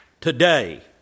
today